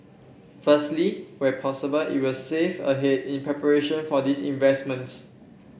firstly where possible it will save ahead in preparation for these investments